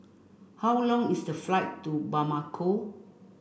how long is the flight to Bamako